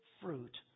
fruit